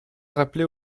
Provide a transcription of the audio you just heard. rappeler